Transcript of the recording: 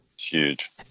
Huge